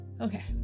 Okay